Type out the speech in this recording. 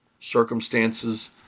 circumstances